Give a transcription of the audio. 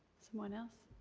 someone else?